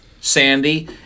sandy